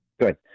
Good